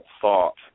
thought